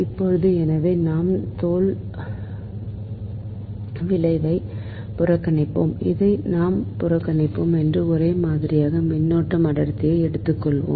இப்போது எனவே நாம் தோல் விளைவை புறக்கணிப்போம் இதை நாம் புறக்கணிப்போம் மற்றும் ஒரே மாதிரியான மின்னோட்டம் அடர்த்தியை எடுத்துக்கொள்வோம்